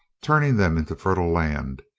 turning them into fertile land.